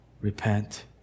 repent